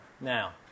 Now